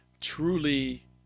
truly